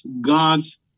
God's